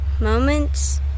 Moments